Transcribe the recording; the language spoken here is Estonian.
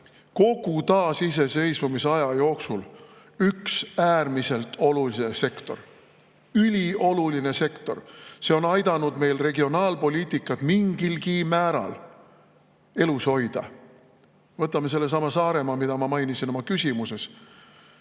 kogu taasiseseisvusaja jooksul üks äärmiselt oluline sektor, ülioluline sektor. See on aidanud meil regionaalpoliitikat mingilgi määral elus hoida. Võtame sellesama Saaremaa, mida ma mainisin oma küsimuses.